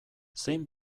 zein